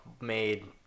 made